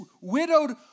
widowed